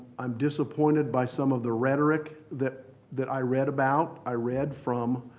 i'm disappointed by some of the rhetoric that that i read about. i read from